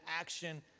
action